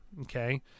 Okay